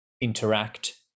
interact